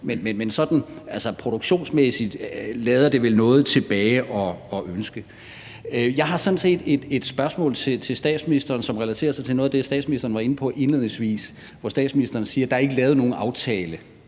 men sådan produktionsmæssigt lader det vel noget tilbage at ønske. Jeg har sådan set et spørgsmål til statsministeren, som relaterer sig til noget af det, statsministeren var inde på indledningsvis, hvor statsministeren sagde: Der er ikke lavet nogen aftale